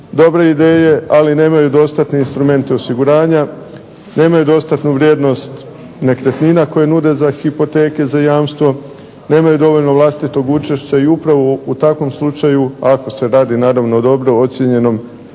dobre ideje, ali nemaju dostatne instrumente osiguranja, nemaju dostatnu vrijednost nekretnina koje nude za hipoteke za jamstvo, nemaju dovoljno vlastitog učešća i upravo u takvom slučaju ako radi naravno o dobro ocijenjenom